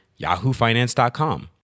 yahoofinance.com